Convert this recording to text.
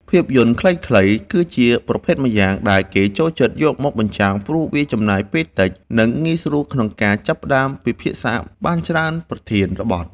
ភាពយន្តខ្លីៗ គឺជាប្រភេទម្យ៉ាងដែលគេចូលចិត្តយកមកបញ្ចាំង ព្រោះវាចំណាយពេលតិច និងងាយស្រួលក្នុងការផ្ដើមការពិភាក្សាបានច្រើនប្រធានបទ។